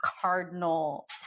cardinal